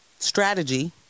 strategy